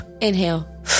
Inhale